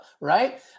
right